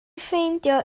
ffeindio